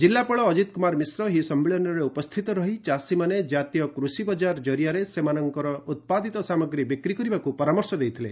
ଜିଲ୍ଲାପାଳ ଅଜିତ କୁମାର ମିଶ୍ର ଏହି ସମ୍ମିଳନୀରେ ଉପସ୍ରିତ ରହି ଚାଷୀମାନେ ଜାତୀୟ କୃଷି ବଜାର ଜରିଆରେ ସେମାନଙ୍କ ଉପାଦିତ ସାମଗ୍ରୀ ବିକ୍ କରିବାକୁ ପରାମର୍ଶ ଦେଇଥିଲେ